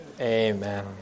Amen